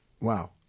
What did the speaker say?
Wow